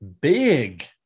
big